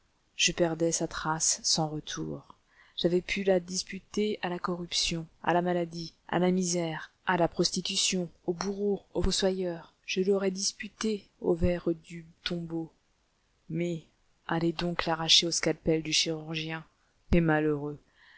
je perdais sa trace sans retour j'avais pu la disputer à la corruption à la maladie à la misère à la prostitution au bourreau au fossoyeur je l'aurais disputée aux vers du tombeau mais allez donc l'arracher au scalpel du chirurgien eh malheureux